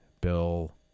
Bill